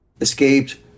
Escaped